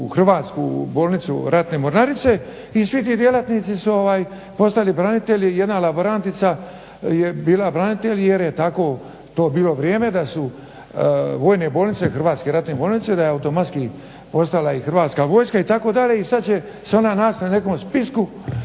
Hrvatsku bolnicu ratne mornarice i svi ti djelatnici su postali branitelji. Jedna laborantica je bila branitelj jer je to bilo vrijeme da su vojne bolnice hrvatske ratne bolnice da je automatski postala hrvatska vojska itd. i sada će se ona naći na nekom spisku